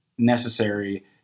necessary